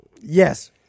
Yes